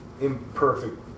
imperfect